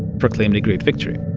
proclaimed a great victory.